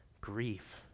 grief